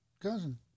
cousin